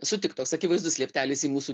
sutik toks akivaizdus lieptelis į mūsų